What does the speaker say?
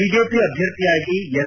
BJP ಅಭ್ಯರ್ಥಿಯಾಗಿ S